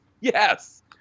yes